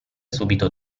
subito